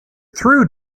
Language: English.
through